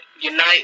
unite